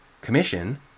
commission